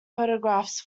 photographs